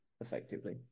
effectively